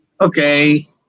Okay